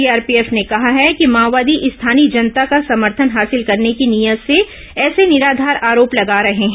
CRPF ने कहा है कि माओवादी स्थानीय जनता का समर्थन हासिल करने की नीयत से ऐसे निराधार आरोप लगा रहे हैं